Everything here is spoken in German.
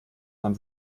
dann